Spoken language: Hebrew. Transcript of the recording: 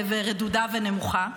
רדודה ונמוכה.